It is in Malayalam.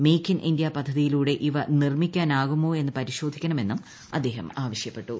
മെയ്ക്ക് ഇൻ ഇന്തൃ പദ്ധതിയിലൂടെ ഇവ നിർമിക്കാനാവുമോ എന്ന് പരിശോധിക്കണമെന്നും അദ്ദേഹം ആവശ്യപ്പെട്ടു